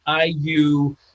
IU